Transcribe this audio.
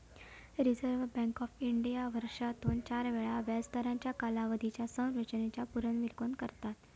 reserve bank of India वर्षातून चार वेळा व्याजदरांच्या कालावधीच्या संरचेनेचा पुनर्विलोकन करता